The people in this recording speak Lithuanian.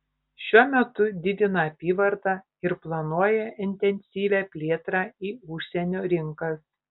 šiuo metu didina apyvartą ir planuoja intensyvią plėtrą į užsienio rinkas